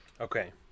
okay